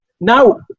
Now